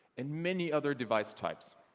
and many other device types